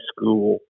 school